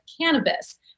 cannabis